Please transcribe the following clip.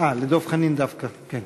לדב חנין דווקא כן.